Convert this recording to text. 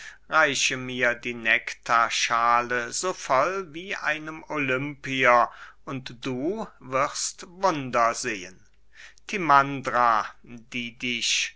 reiche mir die nektarschale so voll wie einem olympier und du wirst wunder sehen timandra die dich